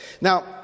Now